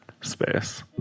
space. ¶¶